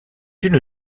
une